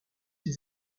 ses